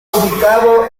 ubicado